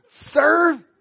serve